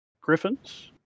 griffins